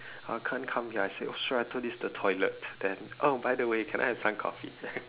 uh can't come here I say oh sorry I thought this the toilet then oh by the way can I have some coffee